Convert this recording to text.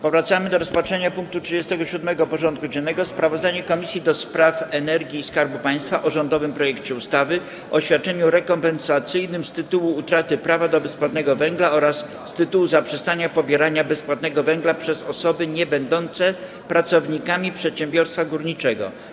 Powracamy do rozpatrzenia punktu 37. porządku dziennego: Sprawozdanie Komisji do Spraw Energii i Skarbu Państwa o rządowym projekcie ustawy o świadczeniu rekompensacyjnym z tytułu utraty prawa do bezpłatnego węgla oraz z tytułu zaprzestania pobierania bezpłatnego węgla przez osoby niebędące pracownikami przedsiębiorstwa górniczego.